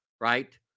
right